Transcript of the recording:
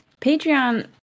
Patreon